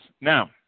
now